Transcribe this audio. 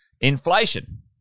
inflation